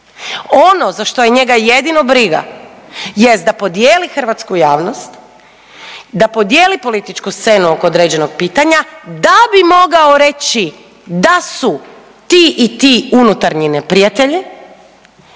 Ono za što je njega jedino briga jest da podijeli hrvatsku javnost, da p odijeli političku scenu oko određenog pitanja da bi mogao reći da su ti i ti unutarnji neprijatelji